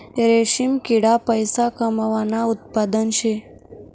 रेशीम किडा पैसा कमावानं उत्पादन शे